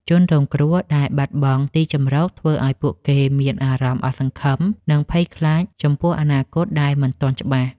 ជនរងគ្រោះដែលបាត់បង់ទីជម្រកធ្វើឱ្យពួកគេមានអារម្មណ៍អស់សង្ឃឹម និងភ័យខ្លាចចំពោះអនាគតដែលមិនទាន់ច្បាស់។